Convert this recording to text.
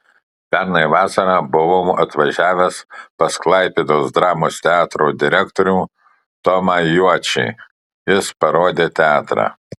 pernai vasarą buvau atvažiavęs pas klaipėdos dramos teatro direktorių tomą juočį jis parodė teatrą